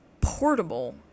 portable